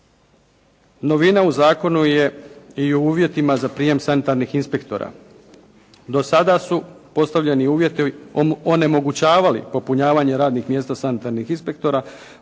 Novina u zakonu je i u uvjetima za prijem sanitarnih inspektora. Do sada su postavljeni uvjeti onemogućavali popunjavanje radnih mjesta sanitarnih inspektora